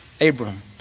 Abram